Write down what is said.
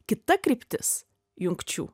kita kryptis jungčių